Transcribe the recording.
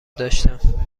داشتم